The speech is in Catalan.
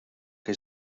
que